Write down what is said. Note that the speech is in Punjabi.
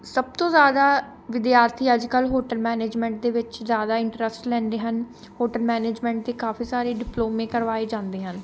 ਸਭ ਤੋਂ ਜ਼ਿਆਦਾ ਵਿਦਿਆਰਥੀ ਅੱਜ ਕੱਲ੍ਹ ਹੋਟਲ ਮੈਨੇਜਮੈਂਟ ਦੇ ਵਿੱਚ ਜ਼ਿਆਦਾ ਇੰਟਰਸਟ ਲੈਂਦੇ ਹਨ ਹੋਟਲ ਮੈਨੇਜਮੈਂਟ ਦੇ ਕਾਫੀ ਸਾਰੇ ਡਿਪਲੋਮੇ ਕਰਵਾਏ ਜਾਂਦੇ ਹਨ